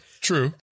True